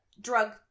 drug